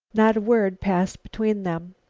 not a word passed between them.